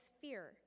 fear